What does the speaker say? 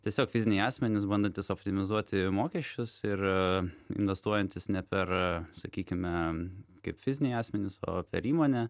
tiesiog fiziniai asmenys bandantys optimizuoti mokesčius ir investuojantys ne per sakykime kaip fiziniai asmenys o per įmonę